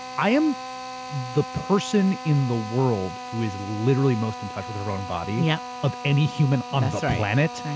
i am the person in the world who is literally most in touch with her own body, yeah of any human on the planet.